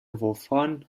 wovon